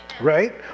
right